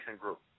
Group